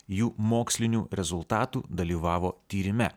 jų mokslinių rezultatų dalyvavo tyrime